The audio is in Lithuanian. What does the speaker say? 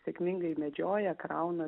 sėkmingai medžioja krauna